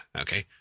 okay